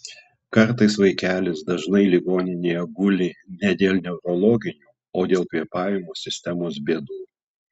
kartais vaikelis dažnai ligoninėje guli ne dėl neurologinių o dėl kvėpavimo sistemos bėdų